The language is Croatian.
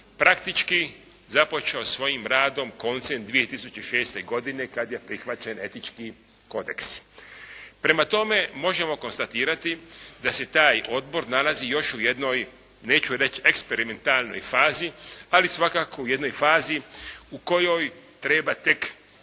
praktički započeo svojim radom koncem 2006. godine kad je prihvaćen etički kodeks. Prema tome možemo konstatirati da se taj odbor nalazi još u jednoj neću reći eksperimentalnoj fazi, ali svakako u jednoj fazi u kojoj treba tek na